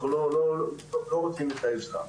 אנחנו לא רוצים את העזרה.